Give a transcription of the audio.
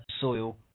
soil